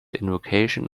invocation